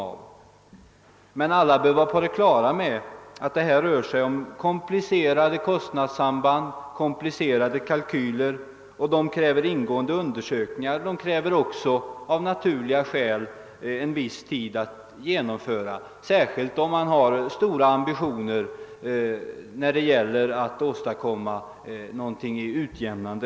Alla bör emellertid vara på det klara med att det rör sig om komplicerade kostnadssamband och komplicerade kalkyler, som kräver ingående undersökningar. Av naturliga skäl tar det en viss tid att genomföra dessa undersökningar, särskilt om man har stora ambitioner att åstadkomma en utjämning.